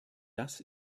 das